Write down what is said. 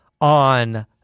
on